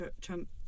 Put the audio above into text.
Trump